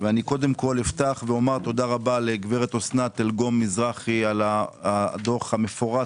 ואפתח ואומר תודה רהב לגב' אוסנת אלגום מזרחי על הדוח המפורט